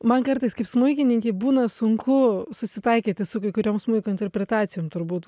man kartais kaip smuikininkei būna sunku susitaikyti su kai kuriom smuiko interpretacijom turbūt